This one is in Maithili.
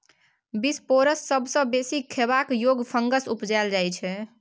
बिसपोरस सबसँ बेसी खेबाक योग्य फंगस उपजाएल जाइ छै